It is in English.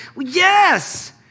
Yes